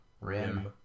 RIM